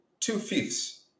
two-fifths